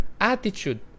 attitude